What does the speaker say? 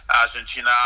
Argentina